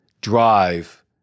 drive